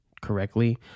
correctly